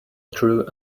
through